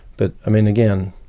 but i mean, again,